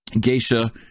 geisha